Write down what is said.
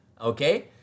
okay